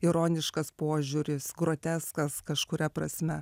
ironiškas požiūris groteskas kažkuria prasme